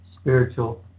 spiritual